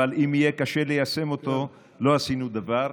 אבל אם יהיה קשה ליישם אותו לא עשינו דבר.